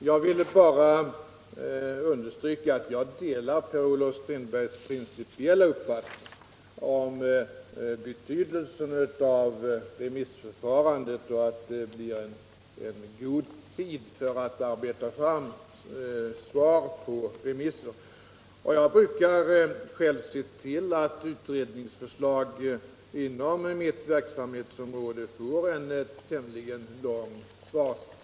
Herr talman! Jag delar Per-Olof Strindbergs principiella uppfattning om betydelsen av remissväsendet och att remissinstanserna får tid på sig för att arbeta fram svar. Jag brukar själv se till att det blir en tämligen lång svarstid för utredningsförslag inom mitt verksamhetsområde.